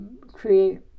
create